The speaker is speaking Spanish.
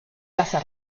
caza